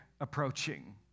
approaching